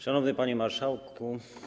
Szanowny Panie Marszałku!